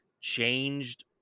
changed